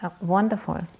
wonderful